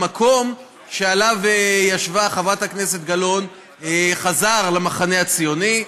המקום שעליו ישבה חברת הכנסת גלאון חזר למחנה הציוני,